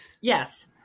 Yes